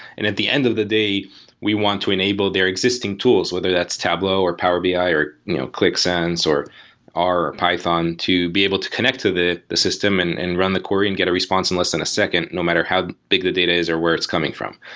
and at the end of the day we want to enable their existing tools, whether that's tableau or powerbi or you know qlik sense or r or python to be able to connect to the the system and and run the query and get a response in less than a second no matter how big the data is or where it's coming from.